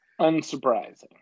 Unsurprising